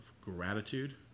gratitude